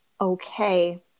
okay